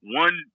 one